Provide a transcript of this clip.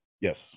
Yes